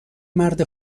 مرد